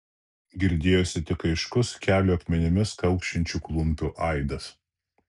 girdėjosi tik aiškus kelio akmenimis kaukšinčių klumpių aidas